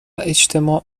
اجتماع